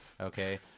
Okay